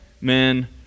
men